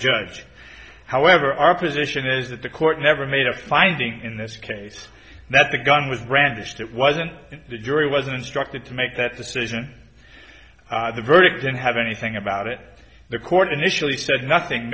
judge however our position is that the court never made a finding in this case that the gun was brandished it wasn't the jury was an instructor to make that decision the verdict didn't have anything about it the court initially said nothing